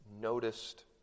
noticed